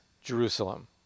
Jerusalem